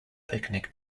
picnic